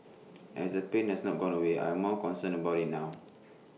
as the pain has not gone away I am more concerned about IT now